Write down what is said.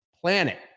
planet